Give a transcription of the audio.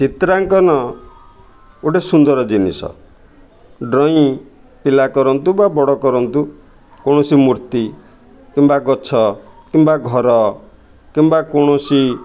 ଚିତ୍ରାଙ୍କନ ଗୋଟେ ସୁନ୍ଦର ଜିନିଷ ଡ୍ରଇଂ ପିଲା କରନ୍ତୁ ବା ବଡ଼ କରନ୍ତୁ କୌଣସି ମୂର୍ତ୍ତି କିମ୍ବା ଗଛ କିମ୍ବା ଘର କିମ୍ବା କୌଣସି